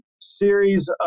series